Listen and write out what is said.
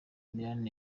milan